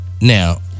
Now